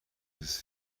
his